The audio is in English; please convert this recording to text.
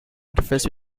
interface